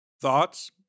Thoughts